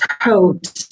Coat